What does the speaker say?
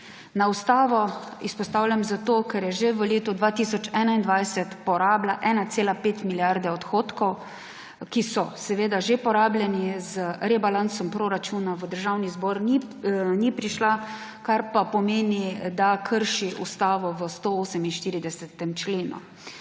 Ustavo izpostavljam zato, ker je že v letu 2021 porabila 1,5 milijarde odhodkov, ki so seveda že porabljeni z rebalansom proračuna, v Državni zborni prišla, kar pa pomeni, da krši Ustavo v 148. členu.